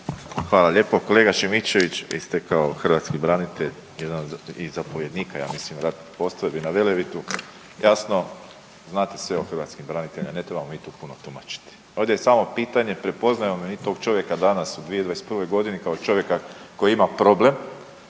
Hvala lijepa. Kolega Šimičević vi ste kao hrvatski branitelj jedan od zapovjednika ja mislim ratnih postrojbi na Velebitu. Jasno znate sve o hrvatskim braniteljima, ne trebamo mi tu puno tumačiti. Ovdje je samo pitanje prepoznajemo li mi tog čovjeka danas u 2021. godini kao čovjeka koji ima problem,